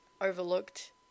overlooked